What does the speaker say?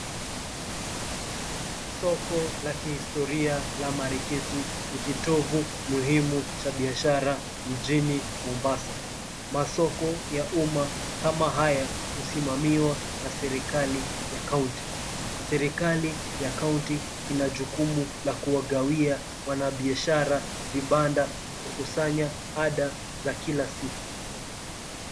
Soko la kihistoria la Marikiti ni kitovu muhimu cha biashara mjini Mombasa. Masoko ya umma kama haya husimamiwa na serikali ya kaunti. Serikali ya kaunti ina jukumu la kuwagawia wanabiashara vibanda kukusanya ada za kila siku.